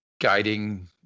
guiding